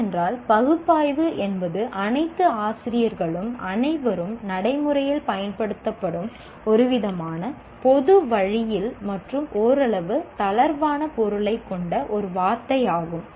ஏனென்றால் பகுப்பாய்வு என்பது அனைத்து ஆசிரியர்களும் அனைவரும் நடைமுறையில் பயன்படுத்தப்படும் ஒருவிதமான பொது வழியில் மற்றும் ஓரளவு தளர்வான பொருளைக் கொண்ட ஒரு வார்த்தையாகும்